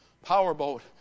Powerboat